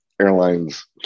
airlines